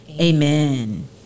Amen